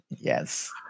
Yes